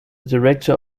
director